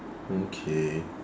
okay